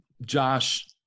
Josh